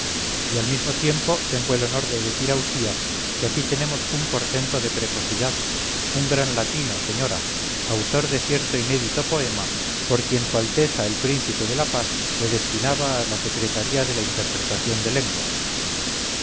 y al mismo tiempo tengo el honor de decir a usía que aquí tenemos un portento de precocidad un gran latino señora autor de cierto inédito poema por quien s a el príncipe de la paz le destinabaa la secretaría de la interpretación de lenguas